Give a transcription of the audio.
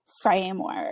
framework